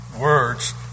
words